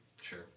Sure